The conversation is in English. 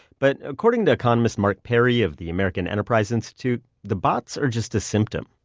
but according to economist mark perry of the american enterprise institute, the bots are just a symptom.